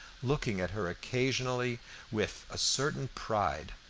looking at her occasionally with a certain pride,